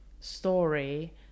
story